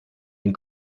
den